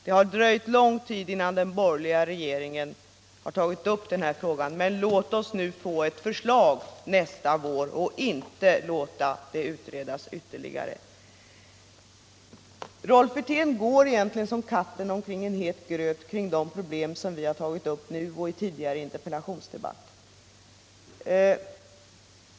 Det dröjde länge innan den borgerliga regeringen tog upp frågan, men låt oss nu få ett förslag nästa vår. Låt inte frågan utredas ytterligare. Rolf Wirtén går egentligen som katten kring het gröt runt de problem som vi har tagit upp nu och i tidigare interpellationsdebatter.